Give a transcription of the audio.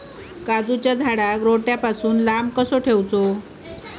काजूच्या झाडांका रोट्या पासून लांब कसो दवरूचो?